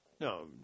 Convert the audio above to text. No